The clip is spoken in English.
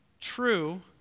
true